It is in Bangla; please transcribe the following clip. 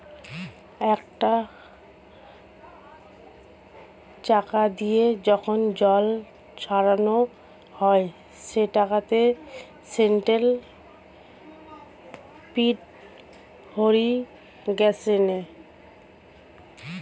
একটা চাকা দিয়ে যখন জল ছড়ানো হয় সেটাকে সেন্ট্রাল পিভট ইর্রিগেশনে